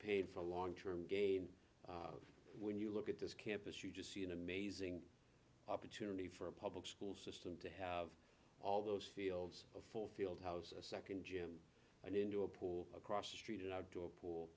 paid for long term gain when you look at this campus you just see an amazing opportunity for a public school system to have all those fields a full field house a second gym and into a pool across the street an outdoor pool